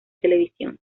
televisión